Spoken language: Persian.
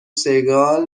سیگال